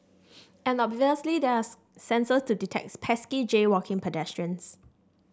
and obviously there are sensors to detect pesky jaywalking pedestrians